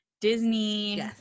Disney